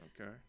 okay